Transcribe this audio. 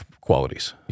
qualities